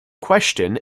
question